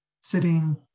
sitting